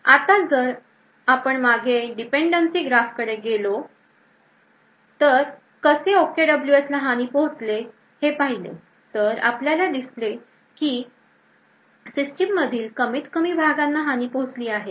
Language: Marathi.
आता जर आपण मागे dependancy graph कडे गेलो कसे OKWS ला हानी पोहोचली हे पाहिले तर आपल्याला दिसते की सिस्टीम मधील कमीत कमी भागांना हानी पोहोचली आहे